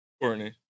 Courtney